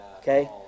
Okay